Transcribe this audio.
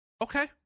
Okay